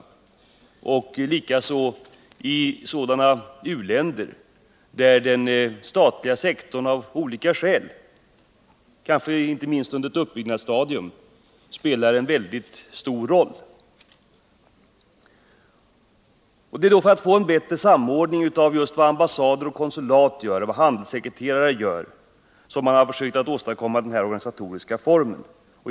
Det gäller också våra ambassader i sådana u-länder där den statliga sektorn av olika skäl, kanske under landets ekonomiska uppbyggnadsstadium, spelar en mycket stor roll. Det är för att få en bättre samordning av exportfrämjandet vid ambassader, konsulat och handelssekretariat som man nått fram till det förslag vi nu skall ta ställning till.